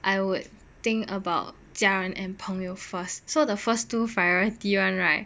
I would think about 家人 and 朋友 first so the first two priority [one] right